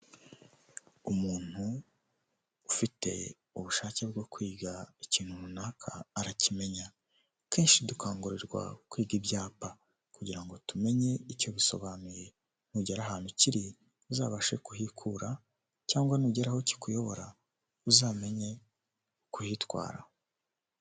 Umuntu ufite ubushake bwo kwiga ikintu runaka, arakimenya, akenshi dukangurirwa kwiga ibyapa kugira ngo tumenye icyo bisobanuye, nugera ahantu ki uzabashe kuhikura cyangwa nugera aho kikuyobora uzamenye kuyitwara.